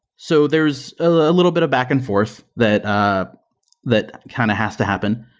so there's a little bit of back-and-forth that ah that kind of has to happen,